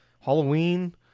Halloween